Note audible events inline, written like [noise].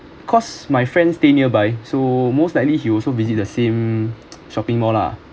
cause my friend stay nearby so most likely he also visit the same [noise] shopping mall lah